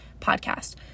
podcast